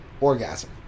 orgasm